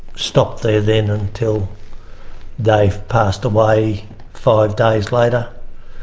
stopped there then until dave passed away five days later.